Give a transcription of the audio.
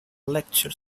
lecture